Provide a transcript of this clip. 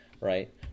right